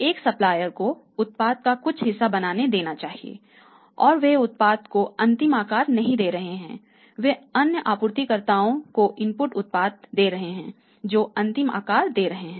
एक सप्लायर को उत्पात का कुछ हिस्सा बनाने देना चाहिए और वे उत्पाद को अंतिम आकार नहीं दे रहे हैं वे अन्य उपयोगकर्ताओं को इनपुट उत्पाद दे रहे हैं जो अंतिम आकार दे रहे हैं